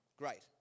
great